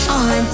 on